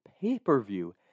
pay-per-view